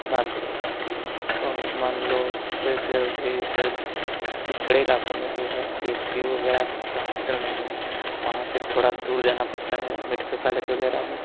मान अब मान लो वैसे अभी जैसे पिछड़े इलाकों में जो है सी एस सी वगैरह अस्पताल हॉस्पिटल नहीं है वहाँ से थोड़ा दूर जाना पड़ता है मेडिकल कॉलेज वगैरह में